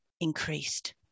increased